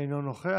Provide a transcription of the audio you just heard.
אינו נוכח.